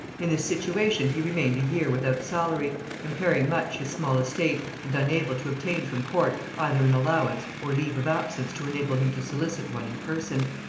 in this situation he remained a year without salary impairing much his small estate, and unable to obtain from court either an allowance, or leave of absence to enable him to solicit one in person.